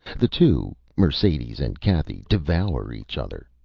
the two mercedes and cathy devour each other.